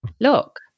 look